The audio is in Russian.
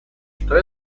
что